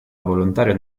volontario